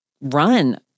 run